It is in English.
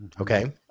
Okay